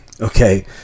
okay